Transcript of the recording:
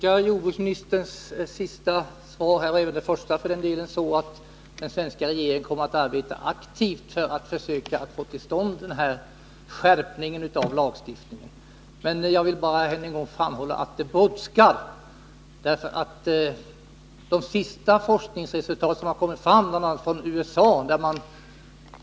Herr talman! Jag tolkar jordbruksministerns båda svar så, att den svenska regeringen aktivt kommer att arbeta för att försöka få till stånd denna skärpning av lagstiftningen. Men jag vill än en gång framhålla att det brådskar. Det visar de senaste forskningsresultaten från bl.a. USA.